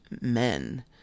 men